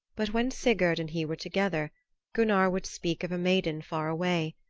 but when sigurd and he were together gunnar would speak of a maiden far away,